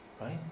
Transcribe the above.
Right